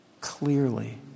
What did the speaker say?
clearly